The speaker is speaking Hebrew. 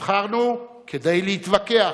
נבחרנו כדי להתווכח,